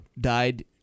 died